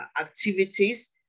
activities